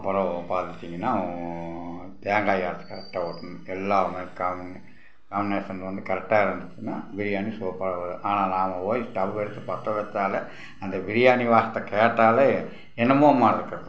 அப்புறம் பார்த்தீட்டிங்கன்னா தேங்காயை அரைத்து கரெக்டாக ஊற்றணும் எல்லாமே காணணும் காமினேஷன் வந்து கரெக்டாக இருந்துச்சுன்னா பிரியாணி சூப்பராக வரும் ஆனால் நாம போய் ஸ்டவ் எடுத்து பற்ற வைச்சாலே அந்த பிரியாணி வாசத்தை கேட்டாலே என்னமோ மாரி இருக்குது